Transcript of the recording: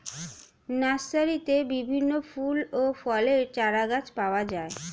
নার্সারিতে বিভিন্ন ফুল এবং ফলের চারাগাছ পাওয়া যায়